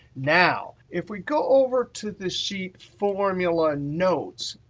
now, if we go over to the sheet formula notes,